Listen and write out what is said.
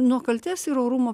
nuo kaltės ir orumo